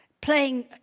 playing